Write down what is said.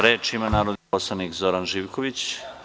Reč ima narodni poslanik Zoran Živković.